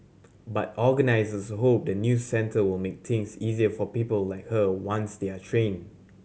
but organisers hope the new centre will make things easier for people like her once they are trained